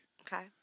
Okay